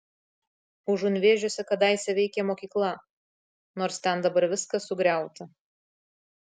užunvėžiuose kadaise veikė mokykla nors ten dabar viskas sugriauta